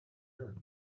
done